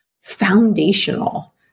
foundational